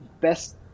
best